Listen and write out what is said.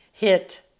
hit